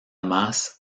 más